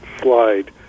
slide